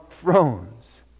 thrones